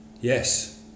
yes